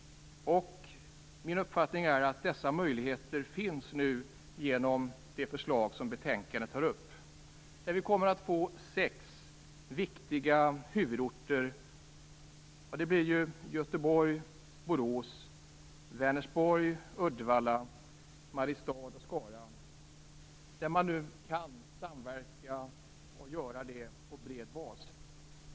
Min uppfattning är att dessa möjligheter nu finns genom det förslag som betänkandet tar upp. Vi kommer att få sex viktiga huvudorter. Det blir Göteborg-Borås, Vänersborg Uddevalla och Mariestad-Skara, där man nu kan samverka på bred bas.